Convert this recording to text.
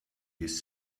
this